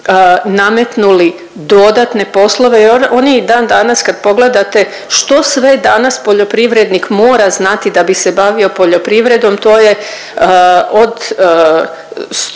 nametnuli dodatne poslove, oni i dan danas kad pogledate što sve danas poljoprivrednik mora znati da bi se bavio poljoprivredom, to je od strojarstva